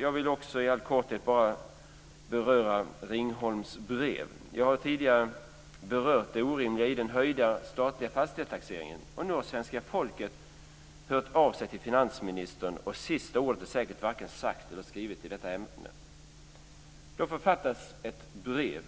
Jag vill i all korthet beröra Ringholms brev. Jag har tidigare berört det orimliga i den höjda statliga fastighetstaxeringen. Nu har svenska folket hört av sig till finansministern, och sista ordet är säkert inte vare sig sagt eller skrivet i detta ämne. Då författas ett brev